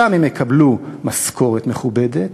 שם הם יקבלו משכורת מכובדת,